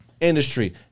industry